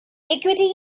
equity